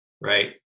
Right